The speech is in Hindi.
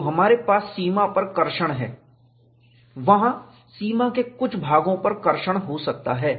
तो हमारे पास सीमा पर कर्षण ट्रैक्शन है वहाँ सीमा के कुछ भागों पर कर्षण ट्रैक्शन हो सकता है